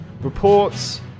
Reports